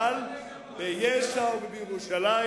אבל ביש"ע ובירושלים.